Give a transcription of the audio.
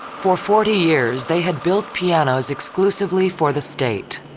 for forty years they had built pianos exclusively for the state.